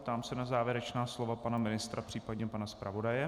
Ptám se na závěrečná slova pana ministra, případně pana zpravodaje.